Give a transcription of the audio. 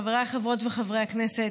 חבריי חברי וחברות הכנסת,